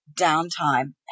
downtime